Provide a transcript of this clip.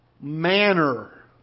manner